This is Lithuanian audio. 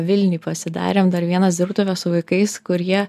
vilniuj pasidarėm dar vienas dirbtuves su vaikais kur jie